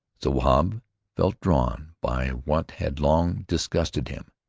so wahb felt drawn by what had long disgusted him,